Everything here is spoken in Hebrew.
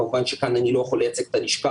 כמובן שכאן אני לא יכול לייצג את הלשכה